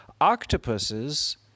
Octopuses